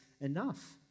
enough